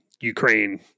Ukraine